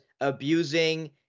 abusing